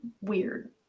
weird